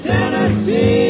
Tennessee